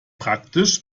praktisch